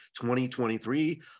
2023